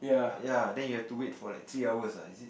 ya then you have to wait for like three hours ah is it